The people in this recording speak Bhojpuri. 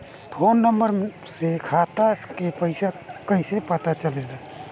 फोन नंबर से खाता के पइसा कईसे पता चलेला?